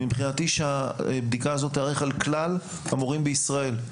מבחינתי שהבדיקה הזאת תיערך על כלל המורים בישראל.